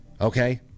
Okay